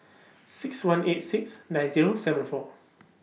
six one eight six nine Zero seven four